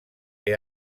que